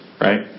right